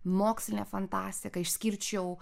mokslinė fantastika išskirčiau